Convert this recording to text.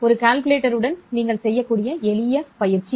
ஒரு கால்குலேட்டருடன் நீங்கள் செய்யக்கூடிய எளிய உடற்பயிற்சி